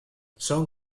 son